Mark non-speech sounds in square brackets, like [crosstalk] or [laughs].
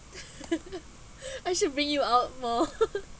[laughs] I should bring you out more [laughs]